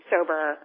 sober